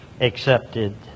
accepted